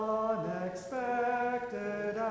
unexpected